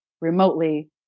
remotely